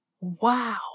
Wow